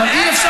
לא, להפך,